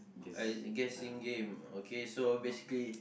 a guessing game okay so basically